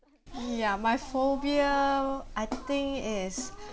ya my phobia I think is